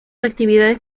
actividades